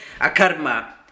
Akarma